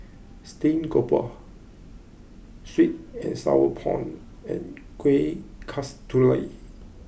Steamed Grouper Sweet and Sour Prawns and Kueh Kasturi